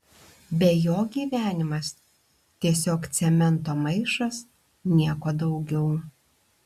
be jo gyvenimas tiesiog cemento maišas nieko daugiau